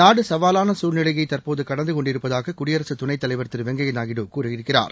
நாடு சவாவாள சூழ்நிலையை தற்போது கடந்து கொண்டிருப்பதாக குடியரக துணைத்தலைவா் திரு வெங்கையா நாயுடு கூறியிருக்கிறார்